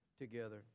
together